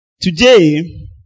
Today